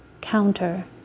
Counter